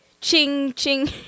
ching-ching